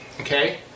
okay